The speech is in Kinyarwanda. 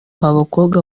abakobwa